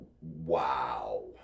wow